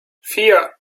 vier